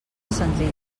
senzill